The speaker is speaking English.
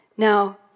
Now